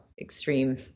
extreme